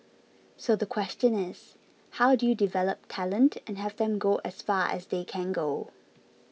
so the question is how do you develop talent and have them go as far as they can go